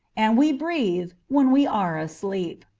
and we breathe when we are asleep.